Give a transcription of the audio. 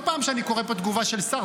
כל פעם שאני קורא פה תגובה של שר,